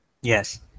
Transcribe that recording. Yes